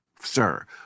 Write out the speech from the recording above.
sir